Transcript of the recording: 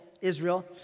Israel